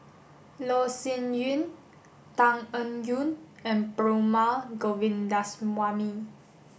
Loh Sin Yun Tan Eng Yoon and Perumal Govindaswamy